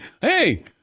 hey